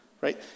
right